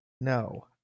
No